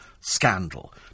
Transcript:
scandal